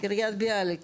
קריית ביאליק